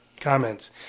comments